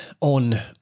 on